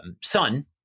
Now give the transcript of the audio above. son